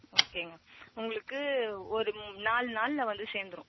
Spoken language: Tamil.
ஓகேங்க உங்களுக்கு ஒரு ம் நாலு நாளில் வந்து சேர்ந்துரும்